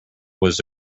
was